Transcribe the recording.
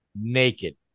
naked